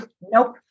Nope